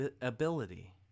ability